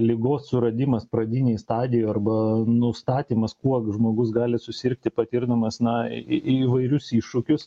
ligos suradimas pradinėj stadijoj arba nustatymas kuo žmogus gali susirgti patirdamas na įvairius iššūkius